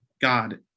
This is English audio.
God